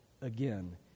again